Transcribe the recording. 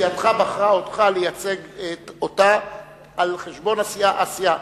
וסיעתך בחרה אותך לייצג אותה על-חשבון הסיעה.